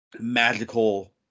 Magical